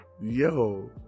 yo